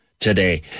today